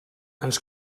ens